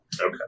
Okay